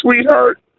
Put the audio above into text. sweetheart